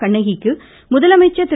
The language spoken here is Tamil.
கண்ணகிக்கு முதலமைச்சர் திரு